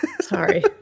Sorry